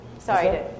Sorry